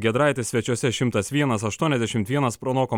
giedraitis svečiuose šimtas vienas aštuoniasdešimt vienas pranoko